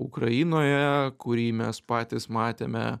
ukrainoje kurį mes patys matėme